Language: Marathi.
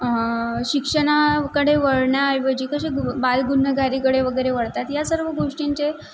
शिक्षणाकडे वळण्याऐवजी कसे बालगुन्हेगारीकडे वगैरे वळतात या सर्व गोष्टींचे